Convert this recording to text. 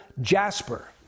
jasper